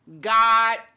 God